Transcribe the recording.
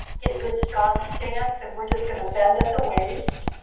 get a good strong stance, and we're just going to bend at the waist.